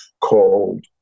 called